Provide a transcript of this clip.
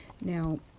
Now